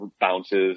bounces